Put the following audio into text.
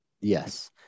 Yes